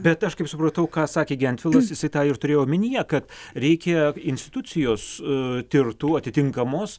bet aš kaip supratau ką sakė gentvilas jisai tą ir turėjau omenyje kad reikia institucijos tirtų atitinkamos